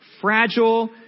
fragile